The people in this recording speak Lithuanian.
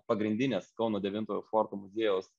pagrindines kauno devintojo forto muziejaus